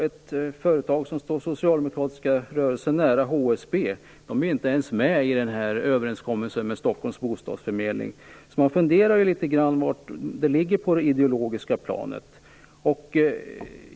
Ett företag som står socialdemokratiska rörelsen nära - HSB - är inte ens med i överenskommelsen med Stockholms bostadsförmedling. Jag funderar litet grand på ideologin bakom detta.